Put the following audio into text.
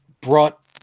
brought